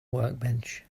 workbench